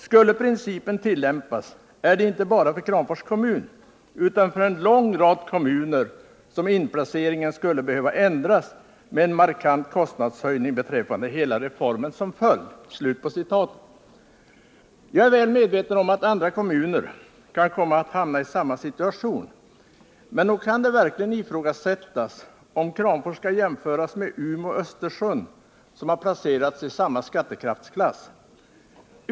Skulle principen tillämpas är det inte bara för Kramfors kommun utan för en lång rad kommuner som inplaceringen skulle behöva ändras med en markant kostnadshöjning beträffande hela reformen som följd.” Jag är väl medveten om att andra kommuner kan komma att hamna i samma situation, men nog kan det verkligen ifrågasättas om Kramfors skall jämföras med Umeå och Östersund, som har placerats i samma skattekraftsklass.